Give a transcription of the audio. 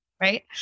Right